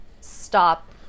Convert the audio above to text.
stop